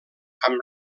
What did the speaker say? amb